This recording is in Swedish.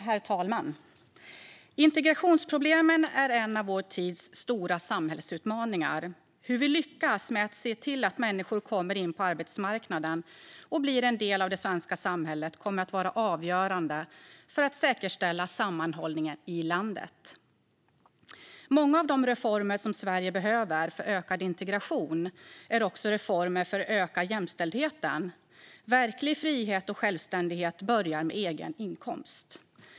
Herr talman! Integrationsproblemen är en av vår tids stora samhällsutmaningar. Hur vi lyckas med att se till att människor kommer in på arbetsmarknaden och blir en del av det svenska samhället kommer att vara avgörande för att säkerställa sammanhållningen i landet. Många av de reformer som Sverige behöver för ökad integration är också reformer för att öka jämställdheten. Verklig frihet och självständighet börjar med egen inkomst.